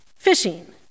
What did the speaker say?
Fishing